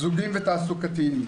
זוגיים ותעסוקתיים.